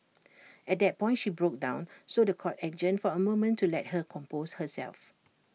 at that point she broke down so The Court adjourned for A moment to let her compose herself